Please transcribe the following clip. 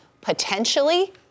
potentially